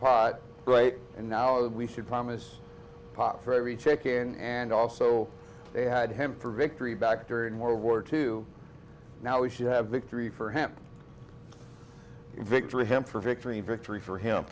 pot right and now we should promise pot for every check in and also they had him for victory back during world war two now we should have victory for him victory him for victory victory for him